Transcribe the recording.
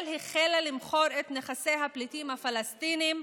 החלה למכור את נכסי הפליטים הפלסטינים,